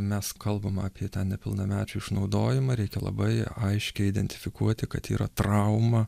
mes kalbam apie ten nepilnamečių išnaudojimą reikia labai aiškiai identifikuoti kad yra trauma